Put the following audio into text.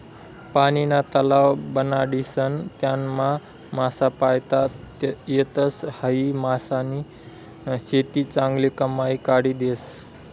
पानीना तलाव बनाडीसन त्यानामा मासा पायता येतस, हायी मासानी शेती चांगली कमाई काढी देस